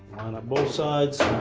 both sides,